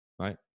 right